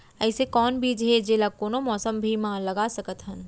अइसे कौन बीज हे, जेला कोनो मौसम भी मा लगा सकत हन?